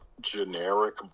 generic